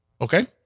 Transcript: Okay